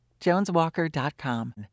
JonesWalker.com